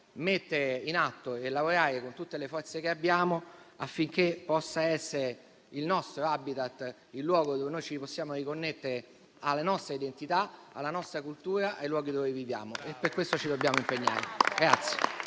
mettere in atto e lavorare con tutte le forze che abbiamo affinché possa essere il nostro *habitat*, il luogo dove ci possiamo riconnettere alla nostra identità, alla nostra cultura, ai luoghi dove viviamo. Per questo ci dobbiamo impegnare.